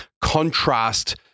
contrast